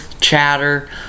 chatter